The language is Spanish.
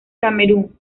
camerún